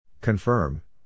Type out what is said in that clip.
Confirm